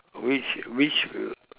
which which uh